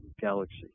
galaxy